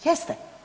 Jeste.